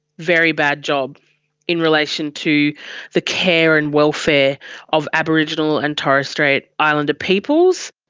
very bad job in relation to the care and welfare of aboriginal and torres strait islander peoples.